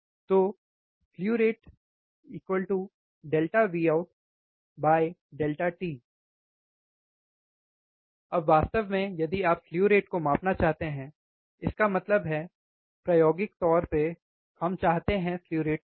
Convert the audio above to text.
तो slew rate ΔVoutΔt अब वास्तव में यदि आप स्लु रेट को मापना चाहते हैं इसका मतलब है प्रायोगिक तौर पर हम चाहते हैं स्लु रेट को मापना